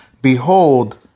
Behold